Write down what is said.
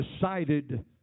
decided